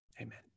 Amen